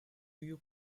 you